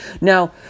Now